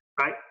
right